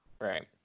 right